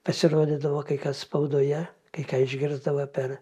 pasirodydavo kai kas spaudoje kai ką išgirsdavo per